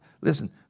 Listen